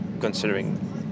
considering